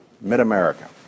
mid-America